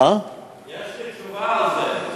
יש לי תשובה על זה.